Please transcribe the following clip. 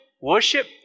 worship